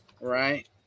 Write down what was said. right